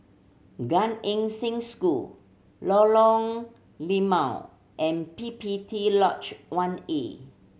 Gan Eng Seng School Lorong Limau and P P T Lodge One A